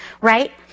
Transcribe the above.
right